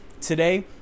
today